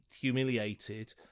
humiliated